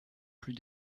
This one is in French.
plus